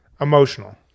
Emotional